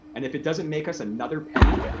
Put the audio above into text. and if it doesn't make us another penny,